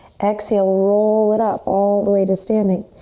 exhale, roll it up all the way to standing.